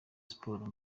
sports